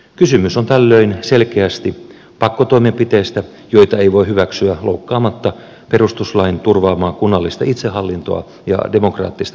kysymys on tällöin selkeästi pakkotoimenpiteistä joita ei voi hyväksyä loukkaamatta perustuslain turvaamaa kunnallista itsehallintoa ja demokraattista päätöksentekoa